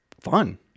fun